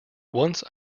once